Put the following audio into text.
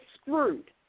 screwed